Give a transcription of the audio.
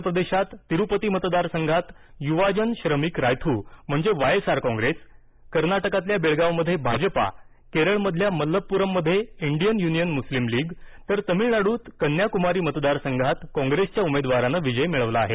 आंध्र प्रदेशात तिरुपती मतदारसंघात युवाजन श्रमिक रायथू म्हणजे वायएसआर कॉंग्रेस कर्नाटकातल्या बेळगावमध्ये भाजपा केरळमधल्या मलप्प्रममध्ये इंडियन युनियन मुस्लिम लीग तर तमिळनाडूत कन्याकुमारी मतदारसंघात कॉंग्रेसच्या उमेदवारानं विजय मिळवला आहे